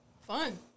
fun